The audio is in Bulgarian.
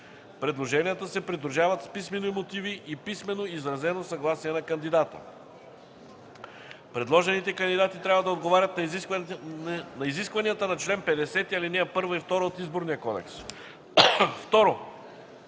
Предложенията се придружават с писмени мотиви и писмено изразено съгласие на кандидата. Предложените кандидати трябва да отговарят на изискванията на чл. 50, ал. 1 и 2 от Изборния кодекс.